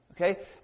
okay